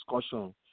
discussion